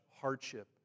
hardship